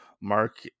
Mark